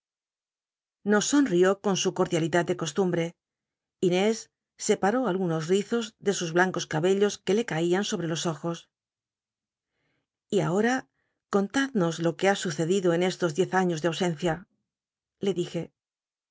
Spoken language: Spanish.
nos sonrió con su cordialidad de costumbre inés sepaaó algunos rizos de sus blancos cabellos que le caían sobre los ojos y ahora contad nos lo que ha sucedido en estos diez aiios de ausencia le dije